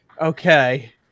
Okay